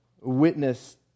witness